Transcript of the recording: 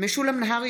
משולם נהרי,